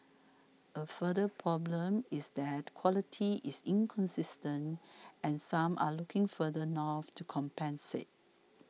a further problem is that quality is inconsistent and some are looking further north to compensate